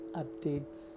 updates